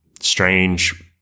strange